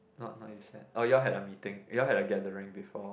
not not you send oh you all had a meeting you all had a gathering before